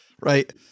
Right